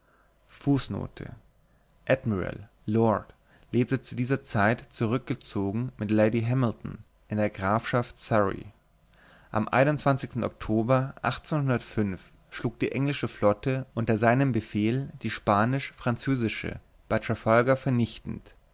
lord lebte zu dieser zeit zurückgezogen mit lady hamilton in der grafschaft surry am oktober schlug die englische flotte unter seinem befehl die spanisch französische bei trafalgar vernichtend